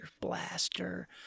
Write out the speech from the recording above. Blaster